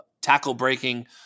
tackle-breaking